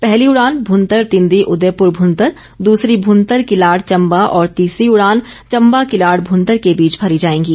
पहली उड़ान भुंतर तिंदी उदयपुर भुंतर दूसरी भुंतर किलाड़ चंबा और तीसरी उड़ान चंबा किलाड़ भुंतर के बीच भरी जाएंगी